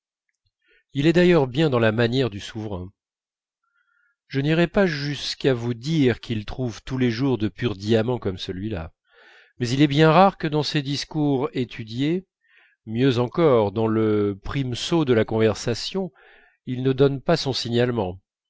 il est d'ailleurs bien dans la manière du souverain je n'irai pas jusqu'à vous dire qu'il trouve tous les jours de purs diamants comme celui-là mais il est bien rare que dans ses discours étudiés mieux encore dans le primesaut de la conversation il ne donne pas son signalement